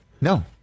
No